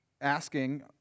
asking